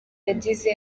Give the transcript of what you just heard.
yagize